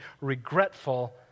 regretful